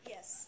Yes